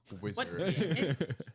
wizard